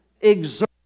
exert